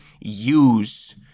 use